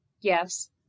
Yes